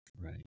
right